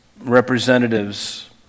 representatives